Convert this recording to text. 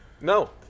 No